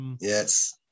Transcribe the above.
Yes